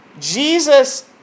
Jesus